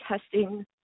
testing